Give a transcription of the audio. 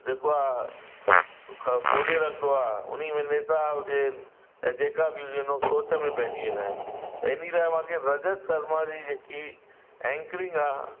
जेको आहे ख खोदे रखंदो आहे उन में नेता हुजनि त जेका बि हुजनि सोच में पइजी वेंदा आहिनि त इन लाइ मूंखे रजत शर्मा जी जेकी एंकरिंग आहे